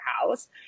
house